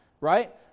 right